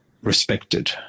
respected